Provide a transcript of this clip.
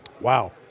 wow